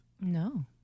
No